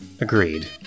agreed